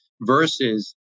Versus